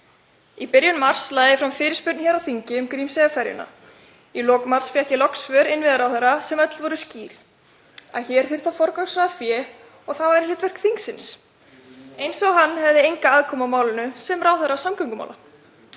Í byrjun mars lagði ég fram fyrirspurn hér á þingi um Grímseyjarferjuna. Í lok mars fékk ég loks svör innviðaráðherra sem öll voru skýr, að hér þyrfti að forgangsraða fé og það væri hlutverk þingsins, eins og hann hefði enga aðkomu að málinu sem ráðherra samgöngumála.